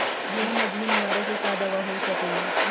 गेहूँ में घुन मारे के का दवा हो सकेला?